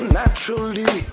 naturally